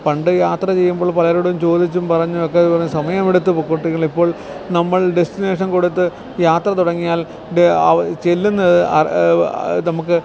പണ്ട് യാത്ര ചെയ്യുമ്പോൾ പലരോടും ചോദിച്ചും പറഞ്ഞുമൊക്കെ ഇതുപോലെ സമയമെടുത്ത് ഇപ്പോൾ കുട്ടികളിപ്പോൾ നമ്മൾ ഡെസ്റ്റിനേഷൻ കൊടുത്ത് യാത്ര തുടങ്ങിയാൽ ചെല്ലുന്നത് നമുക്ക്